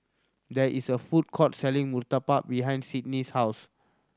there is a food court selling murtabak behind Sidney's house